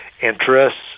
interests